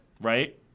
Right